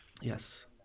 Yes